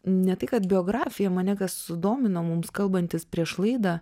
ne tai kad biografiją mane sudomino mums kalbantis prieš laidą